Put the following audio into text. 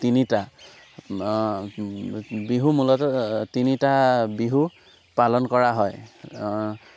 তিনিটা বিহু মূলতঃ তিনিটা বিহু পালন কৰা হয়